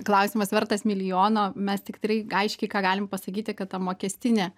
klausimas vertas milijono mes tikrai aiškiai ką galim pasakyti kad ta mokestinė